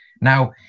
Now